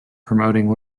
promoting